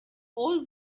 old